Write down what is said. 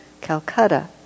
Calcutta